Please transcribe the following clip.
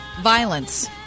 Violence